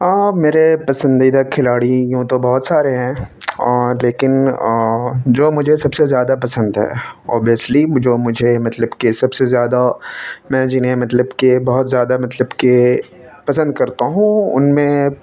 میرے پسندیدہ کھلاڑی یوں تو بہت سارے ہیں لیکن جو مجھے سب سے زیادہ پسند ہے اوبیسلی جو مجھے مطلب کہ سب سے زیادہ میں جنہیں مطلب کہ بہت زیادہ مطلب کہ پسند کرتا ہوں ان میں